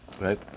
Right